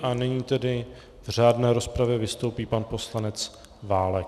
A nyní tedy v řádné rozpravě vystoupí pan poslanec Válek.